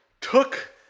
took